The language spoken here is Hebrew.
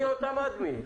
נעלם לי יותם אדמי.